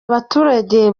abaturage